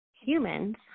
humans